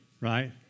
right